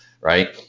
right